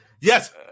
Yes